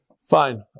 fine